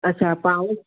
अच्छा पाणि